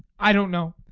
i don't know.